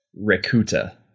Rakuta